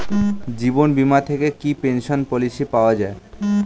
জীবন বীমা থেকে কি পেনশন পলিসি পাওয়া যায়?